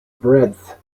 breadth